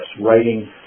writing